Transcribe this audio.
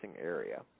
area